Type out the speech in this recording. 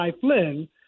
Flynn